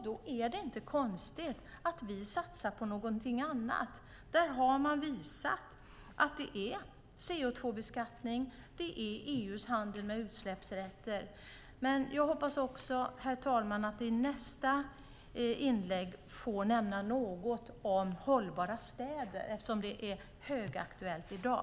Då är det inte konstigt att vi satsar på någonting annat. Där har man visat att det är CO2-beskattning och EU:s handel med utsläppsrätter. Herr talman! Jag hoppas att i nästa inlägg få nämna något om hållbara städer, eftersom det är högaktuellt i dag.